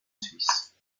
suisse